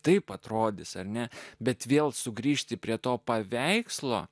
taip atrodys ar ne bet vėl sugrįžti prie to paveikslo